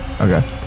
Okay